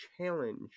challenge